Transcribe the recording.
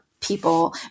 people